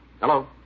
Hello